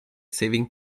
saving